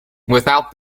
without